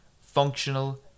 functional